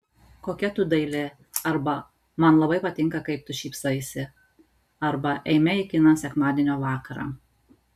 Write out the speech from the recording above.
kokia tu daili arba man labai patinka kaip tu šypsaisi arba eime į kiną sekmadienio vakarą